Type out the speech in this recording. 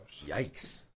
Yikes